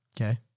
Okay